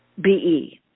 B-E